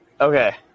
Okay